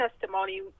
testimony